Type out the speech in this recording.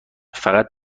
فقط